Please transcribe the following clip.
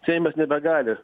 seimas nebegali